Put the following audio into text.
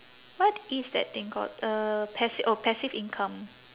what is that thing called a passi~ oh passive income